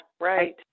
right